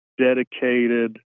dedicated